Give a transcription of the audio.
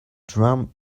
drum